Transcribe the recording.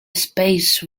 space